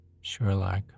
Sherlock